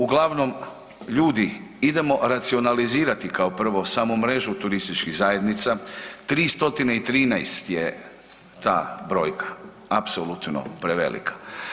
Uglavnom, ljudi idemo racionalizirati kao prvo samo mrežu turističkih zajednica, 313 je ta brojka, apsolutno prevelika.